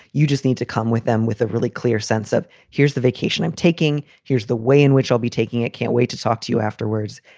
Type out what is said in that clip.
you just need to come with them with a really clear sense of here's the vacation i'm taking. here's the way in which i'll be taking it. can't wait to talk to you afterwards.